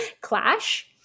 Clash